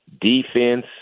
defense